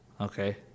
okay